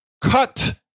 cut